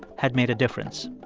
had made a difference.